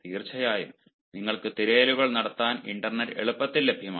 തീർച്ചയായും നിങ്ങൾക്ക് തിരയലുകൾ നടത്താൻ ഇന്റർനെറ്റ് എളുപ്പത്തിൽ ലഭ്യമാണ്